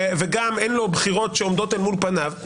וגם אין לו בחירות שעומדות אל מול פניו,